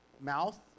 mouth